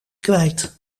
kwijt